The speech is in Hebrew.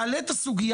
מעלה את הסוגיה,